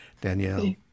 Danielle